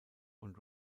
und